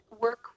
work